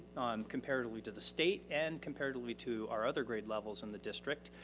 comparatively to the state and comparatively to our other grade levels in the district.